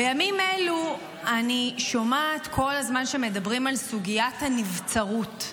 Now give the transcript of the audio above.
בימים אלו אני שומעת כל הזמן שמדברים על סוגיית הנבצרות.